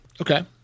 Okay